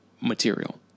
material